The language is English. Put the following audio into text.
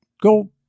Go